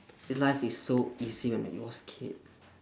life is so easy when you was a kid